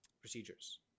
procedures